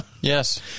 Yes